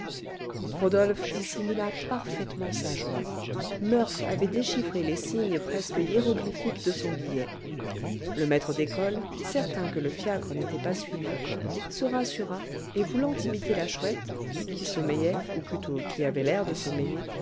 rodolphe dissimula parfaitement sa joie murph avait déchiffré les signes presque hiéroglyphiques de son billet le maître d'école certain que le fiacre n'était pas suivi se rassura et voulant imiter la chouette qui sommeillait ou plutôt qui avait l'air de sommeiller